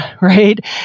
right